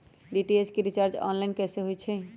DTH के recharge online कैसे होईछई?